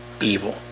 evil